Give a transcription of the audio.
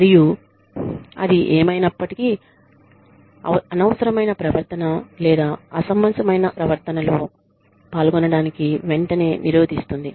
మరియు అది ఏమైనప్పటికీ అనవసరమైన ప్రవర్తన లేదా అసమంజసమైన ప్రవర్తనలో పాల్గొనడాన్ని వెంటనే నిరోధిస్తుంది